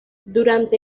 durante